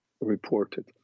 reported